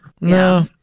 No